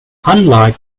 unlike